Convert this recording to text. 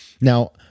Now